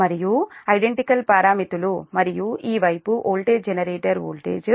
మరియు ఐడెంటికల్ పారామితులు మరియు ఈ వైపు వోల్టేజ్ జనరేటర్ వోల్టేజ్ 1